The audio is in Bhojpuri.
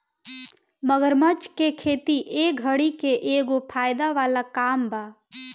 मगरमच्छ के खेती ए घड़ी के एगो फायदा वाला काम बा